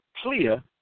clear